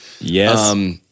Yes